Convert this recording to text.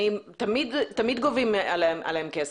תמיד גובים עליהם כסף.